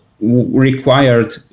required